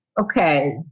okay